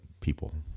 people